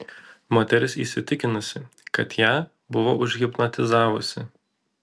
moteris įsitikinusi kad ją buvo užhipnotizavusi